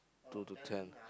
two to ten